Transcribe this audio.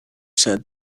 said